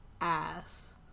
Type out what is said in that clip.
ass